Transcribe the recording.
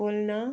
बोल्न